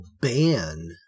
ban